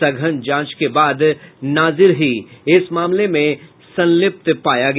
सघन जांच के बाद नाजीर ही इस मामले में संलिप्त पाया गया